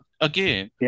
again